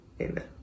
amen